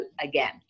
again